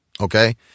okay